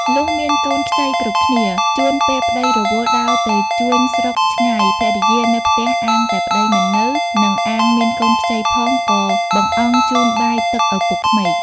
លុះមានកូនខ្ចីគ្រប់គ្នា ជួនពេលប្ដីរវល់ដើរទៅជួញស្រុកឆ្ងាយភរិយានៅផ្ទះអាងតែប្តីមិននៅ និងអាងមានកូនខ្ចីផងក៏បង្អង់ជូនបាយទឹកឪពុកក្មេក។